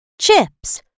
Chips